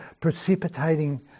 precipitating